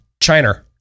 China